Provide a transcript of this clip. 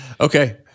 Okay